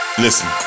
Listen